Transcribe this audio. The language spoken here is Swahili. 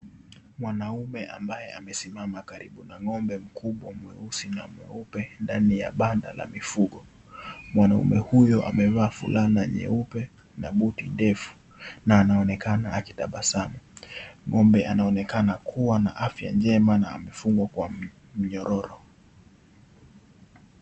Mwanaume ambaye amesimama karibu na ng'ombe mkubwa mweusi na mweupe ndani ya banda la mifugo mwanaume huyo amevaa fulana nyeupe buti ndefu na anaonekana akitabasamu ng'ombe anaonekana kuwa na afya njema na amefungwa kwa myororo.